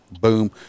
Boom